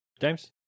James